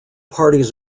parties